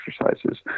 exercises